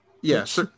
Yes